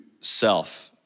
self